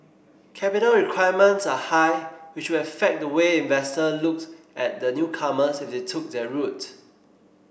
capital requirements are high which would affect the way investor looked at the newcomers if they took that route